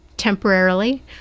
temporarily